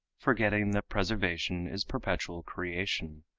forgetting that preservation is perpetual creation,